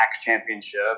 Championship